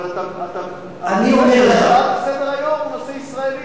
אבל הנושא של ההצעה לסדר-היום הוא נושא ישראלי.